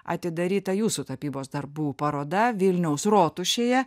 atidaryta jūsų tapybos darbų paroda vilniaus rotušėje